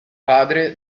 padre